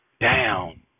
down